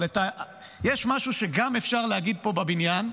אבל יש משהו שגם אפשר להגיד פה בבניין.